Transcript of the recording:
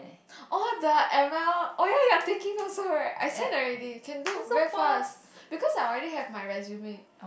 oh the m_l oh ya you're taking also right I send already can do very fast because I already have my resume